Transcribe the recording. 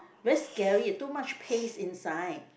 very scary eh too much paste inside